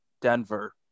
Denver